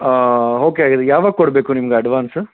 okay ಹಾಗಿದ್ದರೆ ಯಾವಾಗ ಕೊಡಬೇಕು ನಿಮ್ಗೆ ಅಡ್ವಾನ್ಸ್